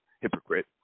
hypocrite